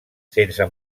sense